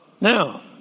Now